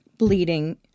bleeding